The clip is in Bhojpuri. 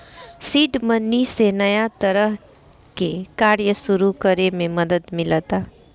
सीड मनी से नया तरह के कार्य सुरू करे में मदद मिलता